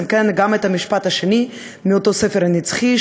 מבקש, את משפטי הסיכום לומר ב-20 השניות האחרונות